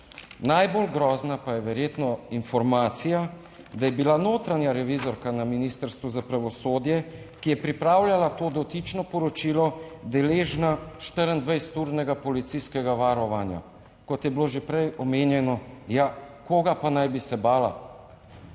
Najbolj grozna pa je verjetno informacija, da je bila notranja revizorka na Ministrstvu za pravosodje, ki je pripravljala to dotično poročilo, deležna 24 urnega policijskega varovanja, kot je bilo že prej omenjeno. Ja koga pa naj bi se bala?